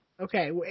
Okay